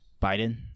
Biden